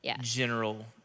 general